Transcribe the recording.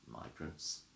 migrants